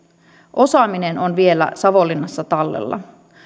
osaaminen on vielä savonlinnassa tallella